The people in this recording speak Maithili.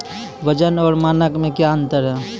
वजन और मानक मे क्या अंतर हैं?